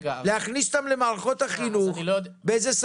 יש להכניס אותם למערכות החינוך תמורת